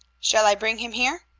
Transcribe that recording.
shall i bring him here?